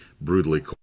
brutally